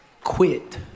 quit